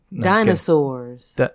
Dinosaurs